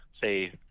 say